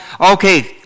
okay